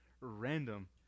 random